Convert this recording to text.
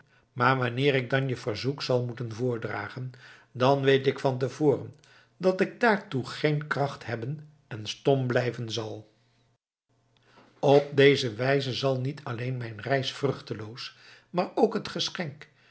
maar wanneer ik dan je verzoek zal moeten voordragen dan weet ik van te voren dat ik daartoe geen kracht hebben en stom blijven zal op deze wijze zal niet alleen mijn reis vruchteloos maar ook het geschenk